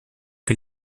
que